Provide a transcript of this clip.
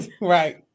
Right